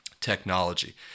technology